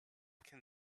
can